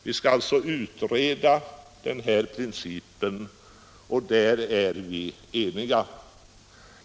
Vi skall alltså utreda denna fråga och på den punkten är vi eniga.